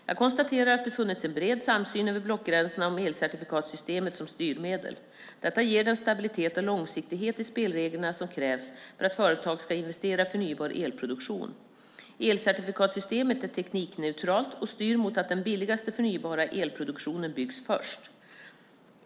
Jag konstaterar att det funnits en bred samsyn över blockgränserna om elcertifikatssystemet som styrmedel. Detta ger den stabilitet och långsiktighet i spelreglerna som krävs för att företag ska investera i förnybar elproduktion. Elcertifikatssystemet är teknikneutralt och styr mot att den billigaste förnybara elproduktionen byggs först.